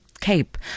Cape